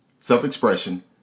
self-expression